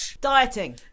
Dieting